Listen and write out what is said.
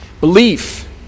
Belief